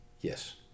Yes